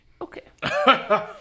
Okay